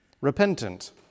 repentant